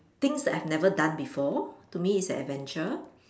things I have never done before to me it's an adventure